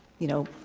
you know,